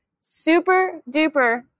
super-duper